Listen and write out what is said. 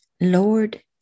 Lord